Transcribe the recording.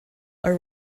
are